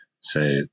say